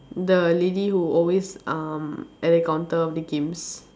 the lady who always um at the counter of the games